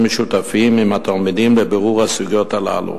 משותפים עם התלמידים לבירור הסוגיות הללו.